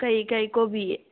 ꯀꯩꯀꯩ ꯀꯣꯕꯤ